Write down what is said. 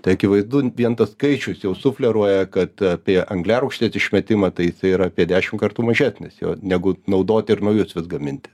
tai akivaizdu vien tas skaičius jau sufleruoja kad apie angliarūgštės išmetimą tai jisai yra apie dešim kartų mažesnis jo negu naudoti ir naujus vis gaminti